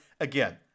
again